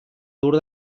tour